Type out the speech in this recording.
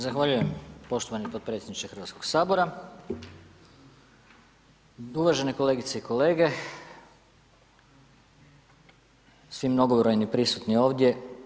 Zahvaljujem poštovani podpredsjedniče Hrvatskog sabora, uvažene kolegice i kolege, svi mnogobrojni prisutni ovdje.